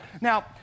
Now